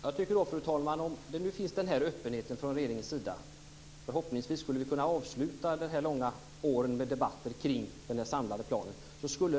Fru talman! Om denna öppenhet nu finns från regeringens sida skulle vi förhoppningsvis kunna avsluta dessa års långa debatt kring den samlade planen.